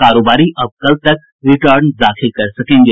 कारोबारी अब कल तक रिटर्न दाखिल कर सकेंगे